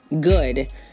good